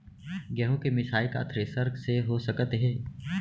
गेहूँ के मिसाई का थ्रेसर से हो सकत हे?